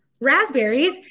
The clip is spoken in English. raspberries